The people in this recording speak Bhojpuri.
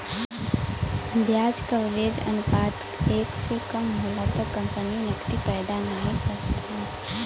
ब्याज कवरेज अनुपात एक से कम होला त कंपनी नकदी पैदा नाहीं करत हौ